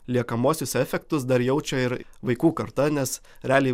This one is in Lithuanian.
liekamuosius efektus dar jaučia ir vaikų karta nes realiai